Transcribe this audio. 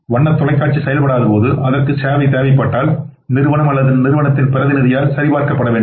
வண்ணத் தொலைக்காட்சி செயல்படாதபோது அதற்கு ஒரு சேவை தேவைப்பட்டால் நிறுவனம் அல்லது நிறுவனத்தின் பிரதிநிதியால் சரிபார்க்கப்பட வேண்டும்